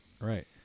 Right